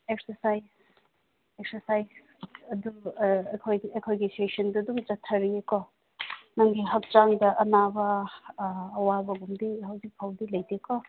exercise exercise ꯑꯗꯨ ꯑꯩꯈꯣꯏ ꯑꯩꯈꯣꯏꯒꯤ ꯁꯦꯁꯟꯗꯨ ꯑꯗꯨꯝ ꯆꯠꯊꯔꯤꯌꯦꯀꯣ ꯅꯪꯒꯤ ꯍꯛꯆꯥꯡꯗ ꯑꯅꯥꯕ ꯑꯋꯥꯕꯒꯨꯝꯕꯗꯤ ꯍꯧꯖꯤꯛ ꯐꯥꯎꯕꯗꯤ ꯂꯩꯇꯦꯀꯣ